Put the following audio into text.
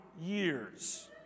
years